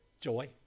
joy